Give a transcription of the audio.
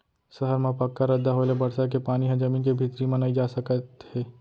सहर म पक्का रद्दा होए ले बरसा के पानी ह जमीन के भीतरी म नइ जा सकत हे